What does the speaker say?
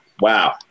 wow